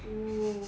oh